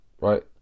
right